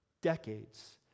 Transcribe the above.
decades